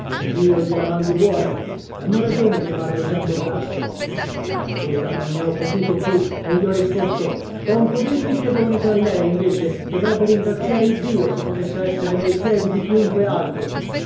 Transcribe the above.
dio gliela mandi buona hanno ragione a chiamarlo gian burrasca allora non ne ho potuto più e gli ho risposto con codesti piedoni che ha lei invece dovrebbe ringraziare iddio se potesse essere nei piedi di chiunque altro